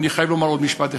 אני חייב לומר עוד משפט אחד.